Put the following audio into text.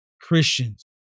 Christians